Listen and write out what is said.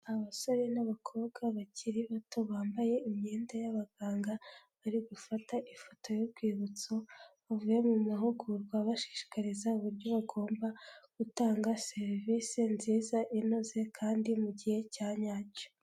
Abasore n'abakobwa bakiri bato bambaye imyenda y'abaganga, bari gufata ifoto y'urwibutso bavuye mu mahugurwa abashishikariza uburyo bagomba gutanga serivisi nziza inoze kandi mu gihe cya nyancyo.